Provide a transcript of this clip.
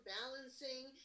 balancing